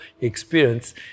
experience